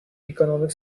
economic